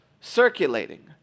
circulating